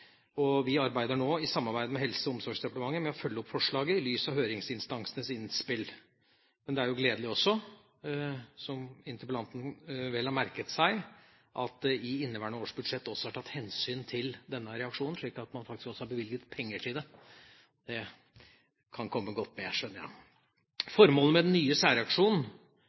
2011. Vi arbeider nå, i samarbeid med Helse- og omsorgsdepartementet, med å følge opp forslaget, i lys av høringsinstansenes innspill. Men det er jo også gledelig, som interpellanten vel har merket seg, at det i inneværende års budsjett er tatt hensyn til denne reaksjonen, slik at man faktisk også har bevilget penger til det. Det kan komme godt med, skjønner jeg. Formålet med den nye